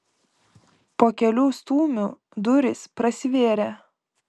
po kelių stūmių durys prasivėrė